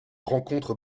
rencontre